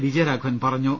വിജയരാഘവൻ പറഞ്ഞു